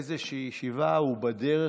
הוא באיזושהי ישיבה, הוא בדרך.